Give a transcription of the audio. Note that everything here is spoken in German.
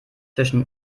zwischen